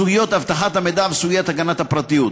סוגיית אבטחת המידע וסוגיית הגנת הפרטיות.